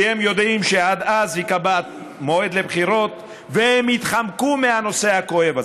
כי הם יודעים שעד אז ייקבע מועד לבחירות והם יתחמקו מהנושא הכואב הזה.